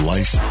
Life